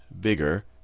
bigger